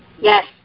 Yes